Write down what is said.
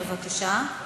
בבקשה,